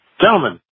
Gentlemen